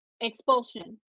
expulsion